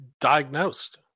diagnosed